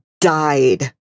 died